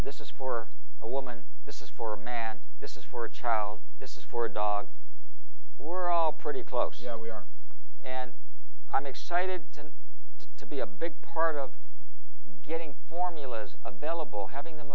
this is for a woman this is for a man this is for a child this is for dogs we're all pretty close we are and i'm excited to to be a big part of getting formulas available having them